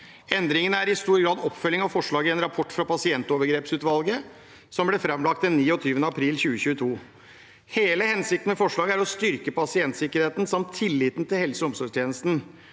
Endringene er i stor grad oppfølging av forslag i en rapport fra pasientovergrepsutvalget, som ble framlagt den 29. april 2022. Hele hensikten med forslaget er å styrke pasientsikkerheten samt tilliten til helse- og omsorgstjenesten.